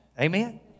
Amen